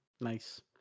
Nice